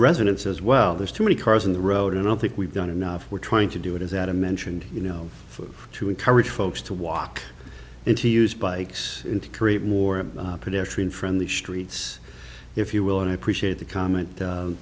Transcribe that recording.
residents as well there's too many cars on the road and i think we've done enough we're trying to do it as at a mentioned you know for to encourage folks to walk into used bikes to create more pedestrian friendly streets if you will and i appreciate the comment